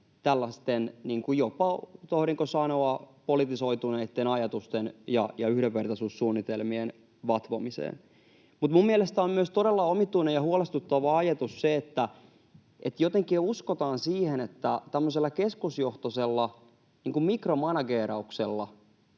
sanoa — politisoituneitten ajatusten ja yhdenvertaisuussuunnitelmien vatvomiseen. Mutta mielestäni on myös todella omituinen ja huolestuttava ajatus se, että jotenkin uskotaan siihen, että tämmöisellä keskusjohtoisella mikromanageerauksella